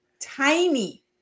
tiny